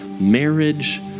marriage